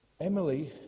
Emily